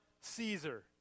Caesar